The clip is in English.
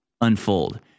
unfold